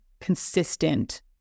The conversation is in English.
consistent